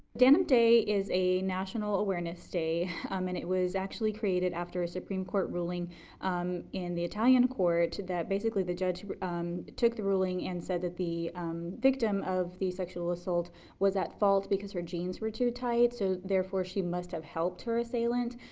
denim day is a national awareness day um and it was actually created after a supreme court ruling in the italian court that basically the judge took the ruling and said the victim of the sexual assault was at fault because her jeans were too tight so therefore she must have helped her assailant,